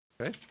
Okay